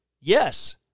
yes